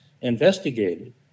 investigated